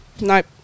Nope